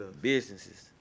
Businesses